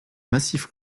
massif